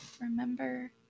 remember